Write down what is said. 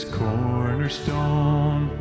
cornerstone